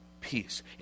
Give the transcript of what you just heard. peace